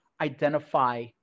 identify